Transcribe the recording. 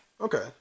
Okay